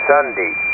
Sunday